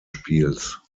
spiels